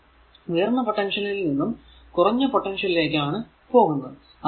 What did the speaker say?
അപ്പോൾ ഉയർന്ന പൊട്ടൻഷ്യലിൽ നിന്നും കുറഞ്ഞ പൊട്ടന്സിളിലേക്കു ആണ് പോകുന്നത്